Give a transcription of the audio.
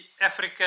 Africa